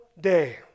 day